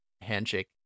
Handshake